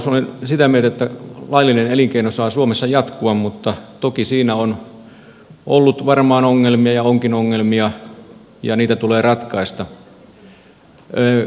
olen sitä mieltä että laillinen elinkeino saa suomessa jatkua mutta toki siinä on ollut varmaan ongelmia ja onkin ongelmia ja niitä tulee ratkaista